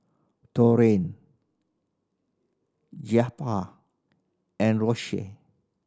Torrie Jeptha and Rosia